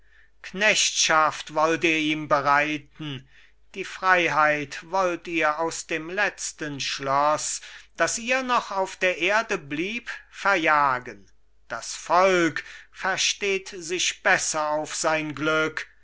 knechtschaft wollt ihr ihm bereiten die freiheit wollt ihr aus dem letzten schloss das ihr noch auf der erde blieb verjagen das volk versteht sich besser auf sein glück